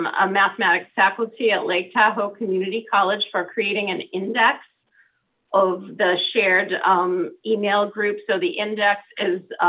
a mathematics faculty at lake tahoe community college for creating an index of the shared um email group. so, the index is